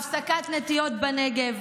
הפסקת נטיעות בנגב,